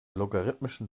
logarithmischen